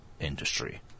industry